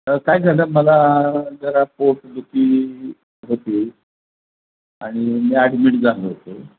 तर काय झालं मला जरा पोटदुखी होती आणि मी ॲडमिट झालो होतो